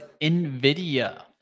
Nvidia